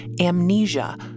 amnesia